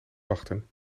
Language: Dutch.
wachten